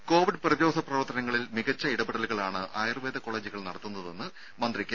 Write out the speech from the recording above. രംഭ COVID പ്രതിരോധ പ്രവർത്തനങ്ങളിൽ മികച്ച ഇടപെടലുകളാണ് ആയുർവേദ കോളേജുകൾ നടത്തുന്നതെന്ന് മന്ത്രി കെ